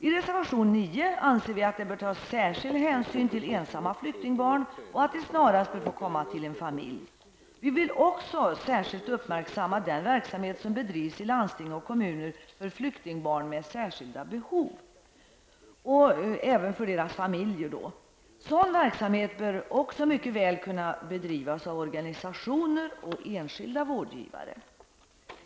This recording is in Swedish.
I reservation 9 anser vi att det bör tas särskild hänsyn till ensamma flyktingbarn och att de snarast bör få komma till en familj. Vi vill också särskilt uppmärksamma den verksamhet som bedrivs i landsting och kommuner för flyktingbarn och deras familjer med särskilda behov. Sådan verksamhet bör också mycket väl kunna bedrivas av organisationer och enskilda vårdgivare.